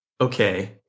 Okay